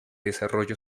desarrollo